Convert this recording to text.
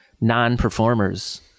non-performers